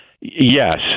Yes